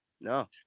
no